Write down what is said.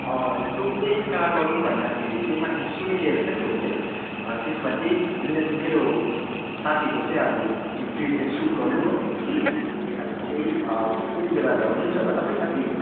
suit चाहिँ कहाँ गरौँ भन्दाखेरि चाहिँ माथि सुमिटेल छ नि होटेल हो त्यसमा चाहिँ म मेरो साथीको चाहिँ अब त्यो प्री ए सुट गर्नु भनेको कि त्यही कारण चाहिँ त्यति बेला भ्याउनु हुन्छ होला तपाईँ साथी